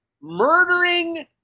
murdering